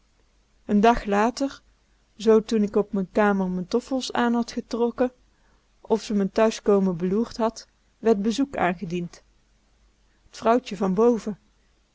n dag later z toen k op m'n kamer m'n toffels aan had getrokken of ze m'n thuiskomen beloerd had werd bezoek aangediend t vrouwtje van